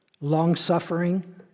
long-suffering